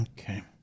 Okay